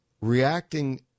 reacting